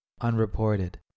unreported